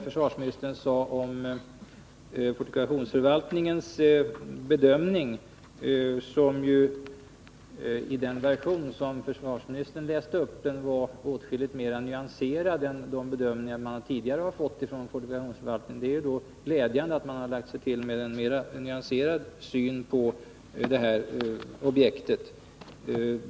Fortifikationsförvaltningens bedömning var, i den version som försvarsmi nistern läste upp, åtskilligt mera nyanserad än de bedömningar man tidigare fått från fortifikationsförvaltningen. Det är glädjande att fortifikationsförvaltningen har lagt sig till med en mera nyanserad syn på detta objekt.